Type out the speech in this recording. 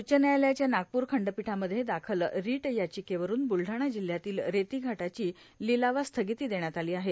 उच्च न्यायालयाच्या नागपूर खंडपीठामध्ये दाखल रोट यााचकेवरून ब्लढाणा जिल्ह्यातील रेती घाटाची शिलावास स्थांगती देण्यात आलों आहे